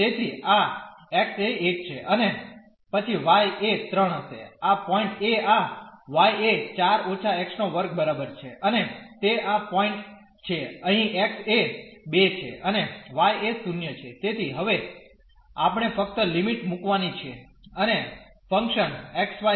તેથી આ x એ 1 છે અને પછી y એ 3 હશે આ પોઈન્ટ એ આ y એ 4−x2 બરાબર છે અને તે આ પોઈન્ટ છે અહીં x એ 2 છે અને y એ0 છે તેથી હવે આપણે ફક્ત લિમિટ મુકવાની છે અને ફંક્શન XY હશે